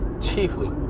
chiefly